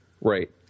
Right